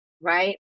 Right